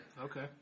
Okay